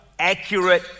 accurate